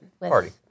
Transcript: Party